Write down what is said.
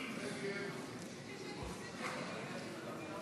של קבוצת סיעת המחנה הציוני לסעיף 1 לא נתקבלה.